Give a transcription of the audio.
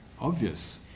obvious